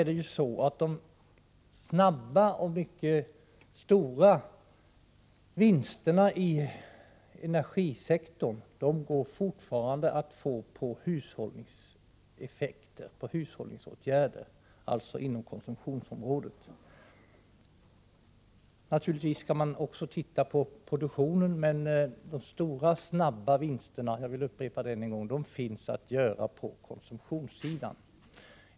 De snabba och mycket stora vinsterna i energisektorn går fortfarande att få genom hushållningsåtgärder, alltså inom konsumtionsområdet. Naturligtvis skall man också se på produktionen, men de stora och snabba vinsterna — jag vill upprepa det — finns att göra på konsumtionssidan.